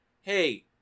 hey